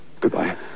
Goodbye